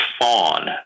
fawn